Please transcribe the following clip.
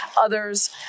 others